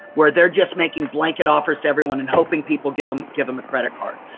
where they're just making blanket offers to everyone and hoping people give em give em a credit card.